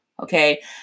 Okay